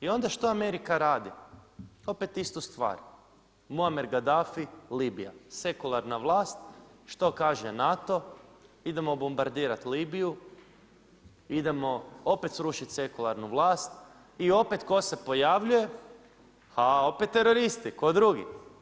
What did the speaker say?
I onda što Amerika radi? opet istu stvar, Moammar Gaddafi Libija, sekularna vlast, što kaže NATO, idemo bombardirat Libiju idemo opet srušiti sekularnu vlast i opet tko se pojavljuje, ha opet teroristi ko drugi.